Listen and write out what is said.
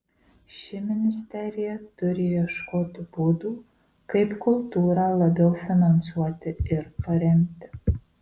ši ministerija turi ieškoti būdų kaip kultūrą labiau finansuoti ir paremti